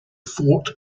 fort